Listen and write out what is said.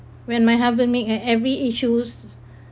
when my husband made and every issues